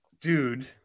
dude